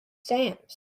stamps